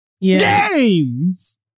Games